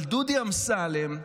אבל דודי אמסלם,